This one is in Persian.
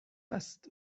است